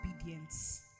obedience